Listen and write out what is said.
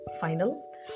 final